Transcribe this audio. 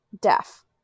deaf